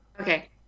Okay